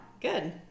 Good